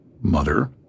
mother